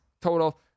total